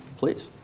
please.